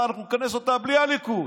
הוא אמר: אנחנו נכנס אותה בלי הליכוד.